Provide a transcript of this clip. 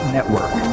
Network